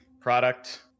product